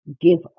give